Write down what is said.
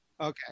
Okay